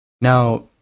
Now